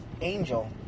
Angel